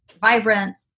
vibrance